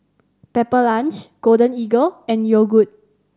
Pepper Lunch Golden Eagle and Yogood